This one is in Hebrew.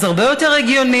אז הרבה יותר הגיוני,